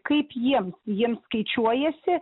kaip jiem jiem skaičiuojasi